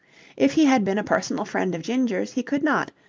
if he had been a personal friend of ginger's he could not,